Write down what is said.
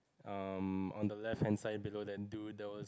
um on the left hand side below that dude there was